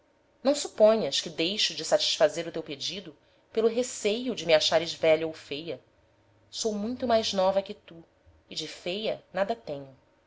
não suponhas que deixo de satisfazer o teu pedido pelo receio de me achares velha ou feia sou muito mais nova que tu e de feia nada tenho